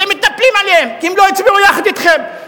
אתם מתנפלים עליהם כי הם לא הצביעו יחד אתכם.